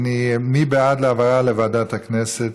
מי בעד ההעברה לוועדת הכנסת?